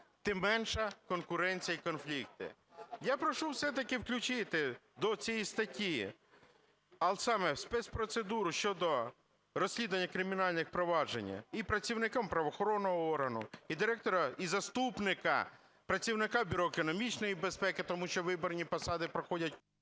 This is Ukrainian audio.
тим менша конкуренція і конфлікти. Я прошу все-таки включити до цієї статті, а саме спецпроцедуру щодо розслідування кримінальних проваджень, і працівника правоохоронного органу, і директора… і заступника, працівника Бюро економічної безпеки, тому що виборні посади проходять...